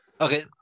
Okay